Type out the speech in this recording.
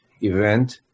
event